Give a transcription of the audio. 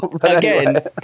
again